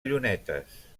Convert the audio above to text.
llunetes